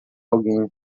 alguém